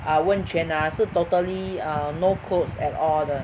err 温泉 ah 是 totally err no clothes at all 的